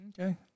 Okay